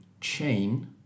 chain